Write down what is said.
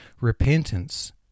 Repentance